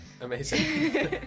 Amazing